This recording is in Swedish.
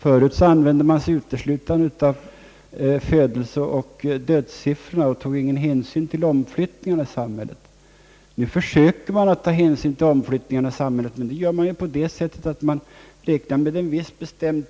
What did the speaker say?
Förut använde man uteslutande födelseoch dödssiffrorna och tog ingen hänsyn till omflyttningarna i samhället. Nu försöker man beakta omflyttningarna, men det sker så att man räknar med en viss trend.